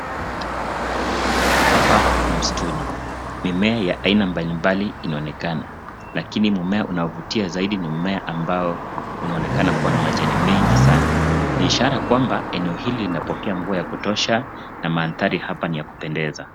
Hapa ni msituni. Mimea ya aina mbali mbali inaonekana, lakini mmea unaovutia zaidi ni mmea ambao unaonekana kua na majani mengi sana. Ni ishara kwamba eneo hili limepokea mvua ya kutosha, na mandhari hapa ni ya kupendeza.